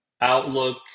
outlook